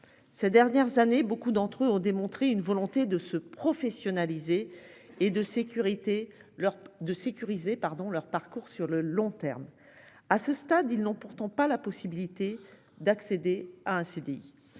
Ces dernières années, beaucoup d'entre eux ont démontré une volonté de se professionnaliser et de sécurité leur de sécuriser pardon leur parcours sur le long terme. À ce stade il n'ont pourtant pas la possibilité d'accéder à un CDI.